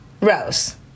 Rose